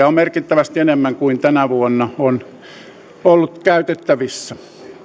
on merkittävästi enemmän kuin tänä vuonna on ollut käytettävissä